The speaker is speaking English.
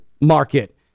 market